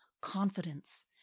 confidence